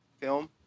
film